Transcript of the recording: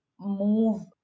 move